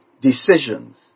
decisions